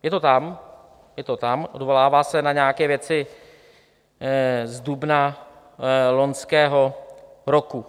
Je to tam, je to tam, odvolává se na nějaké věci z dubna loňského roku.